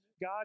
God